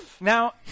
Now